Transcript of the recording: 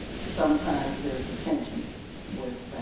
sometimes there's attention with